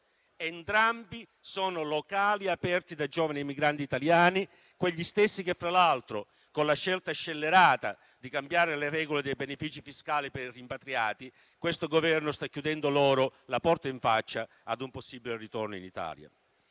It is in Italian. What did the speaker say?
Entrambi sono locali aperti da giovani emigranti italiani, quegli stessi a cui, fra l'altro, con la scelta scellerata di cambiare le regole dei benefici fiscali per i rimpatriati, questo Governo sta chiudendo la porta in faccia a un possibile ritorno in Italia.